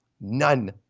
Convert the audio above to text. None